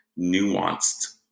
nuanced